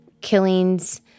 killings